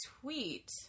tweet